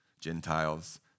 Gentiles